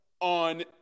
on